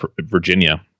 virginia